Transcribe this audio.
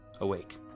awake